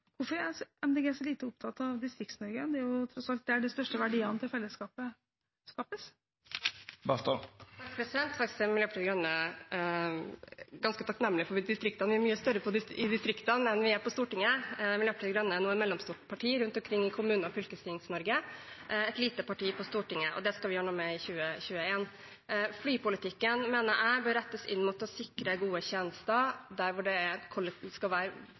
lite opptatt av Distrikts-Norge når det tross alt er der de største verdiene til fellesskapet skapes? Faktisk er Miljøpartiet De Grønne ganske takknemlig overfor distriktene. Vi er mye større i distriktene enn vi er på Stortinget. Miljøpartiet De Grønne er nå et mellomstort parti rundt om i Kommune- og fylkestings-Norge, et lite parti på Stortinget. Det skal vi gjøre noe med i 2021. Flypolitikken mener jeg bør rettes inn mot å sikre gode tjenester der hvor det